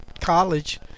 College